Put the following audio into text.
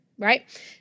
Right